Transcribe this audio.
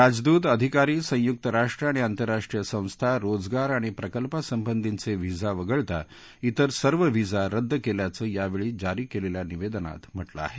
राजदूत अधिकारी संयुक्त राष्ट्र आणि आंतरराष्ट्रीय संस्था रोजगार आणि प्रकल्पा संबंधिचे व्हिसा वगळता तिर सर्व व्हीसा रद्द केल्याचं यावेळी जारी केलेचं निवेदनात म्हटलं आहे